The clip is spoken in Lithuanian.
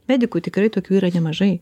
medikų tikrai tokių yra nemažai